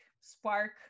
spark